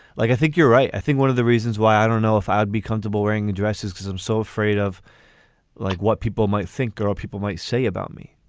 like, i think you're right. i think one of the reasons why i don't know if i'd be comfortable wearing dresses because i'm so afraid of like what people might think or people might say about me